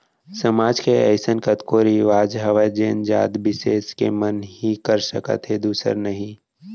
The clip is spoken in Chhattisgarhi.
समाज के अइसन कतको रिवाज हावय जेन जात बिसेस के मन ही कर सकत हे दूसर नही